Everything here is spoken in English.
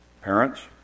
Parents